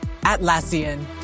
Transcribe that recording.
Atlassian